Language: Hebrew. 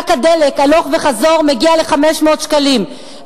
רק הדלק הלוך וחזור מגיע ל-500 שקלים,